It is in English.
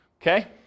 Okay